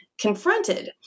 confronted